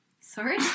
Sorry